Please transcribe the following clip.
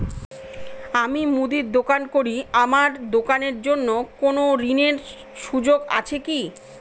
আমি মুদির দোকান করি আমার দোকানের জন্য কোন ঋণের সুযোগ আছে কি?